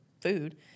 food